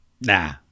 Nah